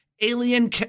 alien